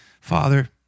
father